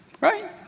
right